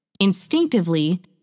Instinctively